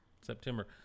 september